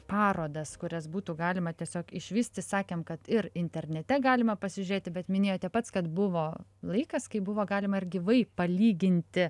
parodas kurias būtų galima tiesiog išvysti sakėm kad ir internete galima pasižiūrėti bet minėjote pats kad buvo laikas kai buvo galima ir gyvai palyginti